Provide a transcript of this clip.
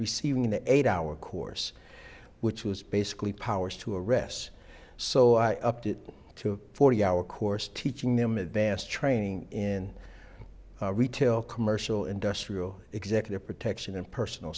receiving the eight hour course which was basically powers to arrest so i upped it to forty hour course teaching them advanced training in retail commercial industrial executive protection and personal